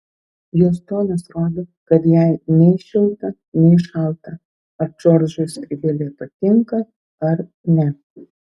jos tonas rodo kad jai nei šilta nei šalta ar džordžui skrybėlė patinka ar ne